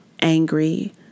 angry